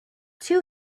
two